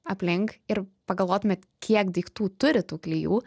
aplink ir pagalvotumėt kiek daiktų turi tų klijų